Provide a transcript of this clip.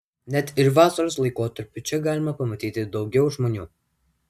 net ir vasaros laikotarpiu čia galima pamatyti daugiau žmonių